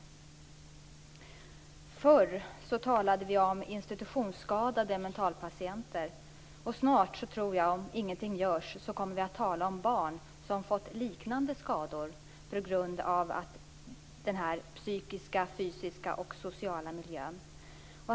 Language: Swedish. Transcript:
Förr talade vi om institutionsskadade mentalpatienter. Snart kommer vi - tror jag, om ingenting görs - att tala om barn som har fått liknande skador på grund av den psykiska, fysiska och sociala miljön.